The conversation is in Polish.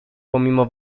pomimo